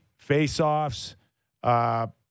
faceoffs